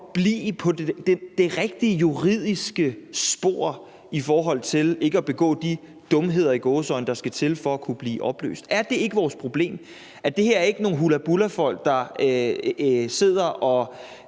forblive på det rigtige juridiske spor i forhold til ikke at begå de – i gåseøjne – dumheder, der skal til for at kunne blive opløst. Er det ikke vores problem, at det her ikke er nogle hullabullafolk, der sidder og